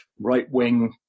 right-wing